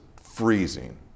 freezing